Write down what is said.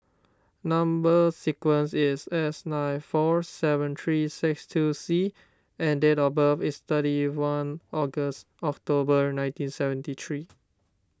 Number Sequence is S nine five four seven three six two C and date of birth is thirty one August October nineteen seventy three